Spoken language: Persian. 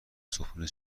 صبحونه